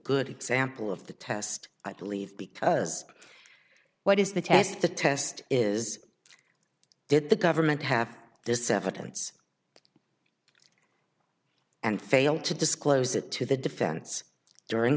good example of the test i believe because what is the test the test is did the government have this evidence and failed to disclose it to the defense during